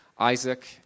Isaac